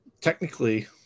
technically